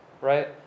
right